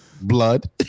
blood